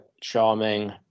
charming